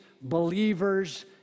believers